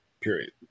period